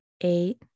eight